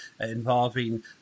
involving